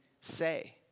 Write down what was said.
say